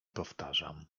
powtarzam